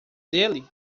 dele